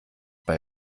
bei